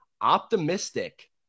optimistic